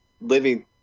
living